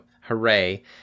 hooray